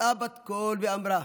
"יצאה בת קול ואמרה: